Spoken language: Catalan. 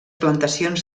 plantacions